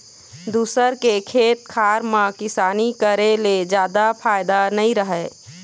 दूसर के खेत खार म किसानी करे ले जादा फायदा नइ रहय